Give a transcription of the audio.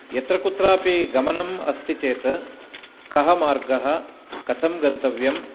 यत्र कुत्रापि गमनम् अस्ति चेत् कः मार्गः कथं गन्तव्यं